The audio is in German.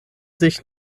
sich